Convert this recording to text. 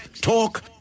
talk